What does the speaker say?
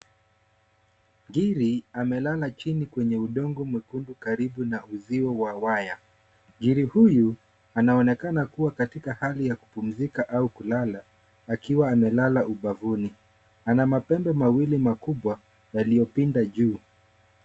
Ngiri amelala chini ya udongo mwekundu karibu na ujio wa waya .Ngiri huyu anaonekana kuwa katika hali ya kupumzika au kulala akiwa amelala ubavuni anamapembe mawili makubwa yaliyopinda juu .